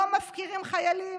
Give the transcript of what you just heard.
לא מפקירים חיילים"